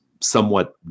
somewhat